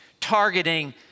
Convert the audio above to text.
targeting